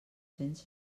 cents